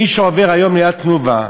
מי שעובר היום ליד "תנובה"